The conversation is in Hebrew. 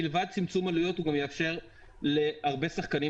מלבד צמצום עלויות הוא גם יאפשר להרבה שחקנים